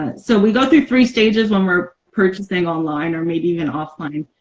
and so, we go through three stages when we're purchasing online or maybe even offline